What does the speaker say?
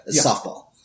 softball